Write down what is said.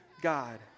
God